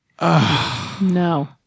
No